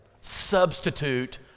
substitute